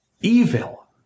Evil